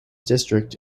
district